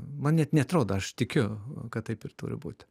man net neatrodo aš tikiu kad taip ir turi būt